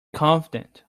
confident